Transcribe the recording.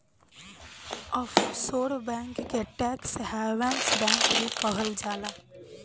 offshore bank के tax havens bank भी कहल जाला